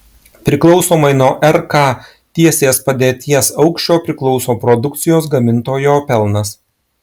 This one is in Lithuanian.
priklausomai nuo rk tiesės padėties aukščio priklauso produkcijos gamintojo pelnas